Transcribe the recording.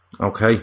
okay